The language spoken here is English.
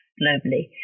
globally